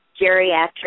geriatric